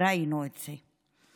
ראינו את זה.